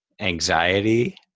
anxiety